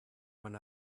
one